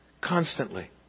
constantly